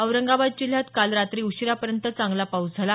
औरंगाबाद जिल्ह्या काल रात्री उशिरापर्यंत चांगला पाऊस झाला